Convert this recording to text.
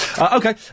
Okay